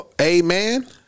Amen